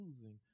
losing